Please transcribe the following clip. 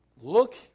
look